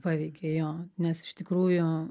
paveikė jo nes iš tikrųjų